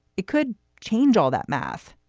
it could change all that math.